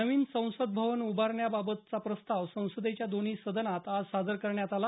नवीन संसद भवन उभारण्याबाबतचा प्रस्ताव संसदेच्या दोन्ही सदनात आज सादर करण्यात आला